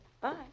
Bye